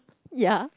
ya